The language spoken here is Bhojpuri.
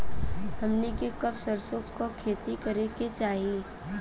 हमनी के कब सरसो क खेती करे के चाही?